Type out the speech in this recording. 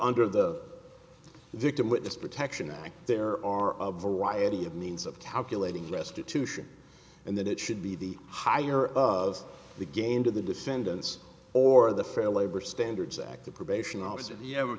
under the victim witness protection act there are a variety of means of calculating restitution and that it should be the higher of the game to the defendants or the fair labor standards act the probation officer